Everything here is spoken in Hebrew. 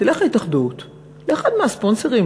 תלך התאחדות לאחד מהספונסרים,